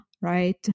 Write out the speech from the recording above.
right